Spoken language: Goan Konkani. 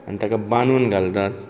आनी ताका बांदून घालतात